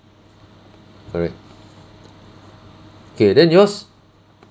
correct k then yours